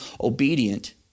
obedient